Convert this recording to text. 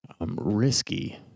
risky